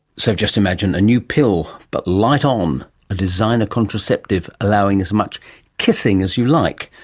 so just imagine a new pill, but light-on, um a designer contraceptive allowing as much kissing as you like,